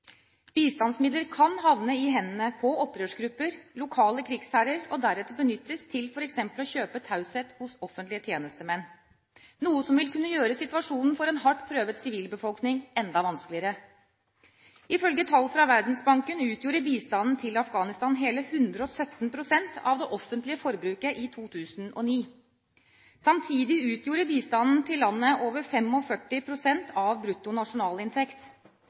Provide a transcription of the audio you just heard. Bistandsmidler kan havne i hendene på opprørsgrupper eller lokale krigsherrer og deretter benyttes til f.eks. å kjøpe taushet hos offentlige tjenestemenn, noe som vil kunne gjøre situasjonen for en hardt prøvet sivilbefolkning enda vanskeligere. Ifølge tall fra Verdensbanken utgjorde bistanden til Afghanistan hele 117 pst. av det offentlige forbruket i 2009. Samtidig utgjorde bistanden til landet over 45 pst. av